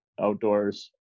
outdoors